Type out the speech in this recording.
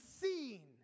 seen